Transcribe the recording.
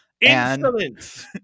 Insolence